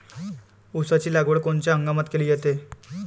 ऊसाची लागवड कोनच्या हंगामात केली जाते?